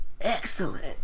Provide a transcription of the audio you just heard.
excellent